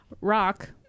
Rock